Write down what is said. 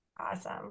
awesome